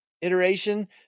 iteration